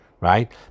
right